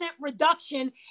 reduction